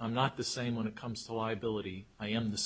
i'm not the same when it comes to liability i am the